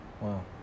Wow